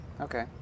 Okay